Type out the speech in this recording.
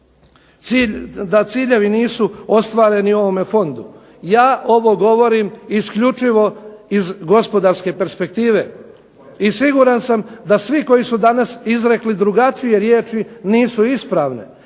da ciljevi nisu ostvareni u ovome Fondu. Ja ovo govorim isključivo iz gospodarske perspektive i siguran sam da svi koji su danas izrekli drugačije riječi nisu ispravne,